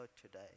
today